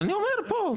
אבל אני אומר פה.